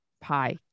pie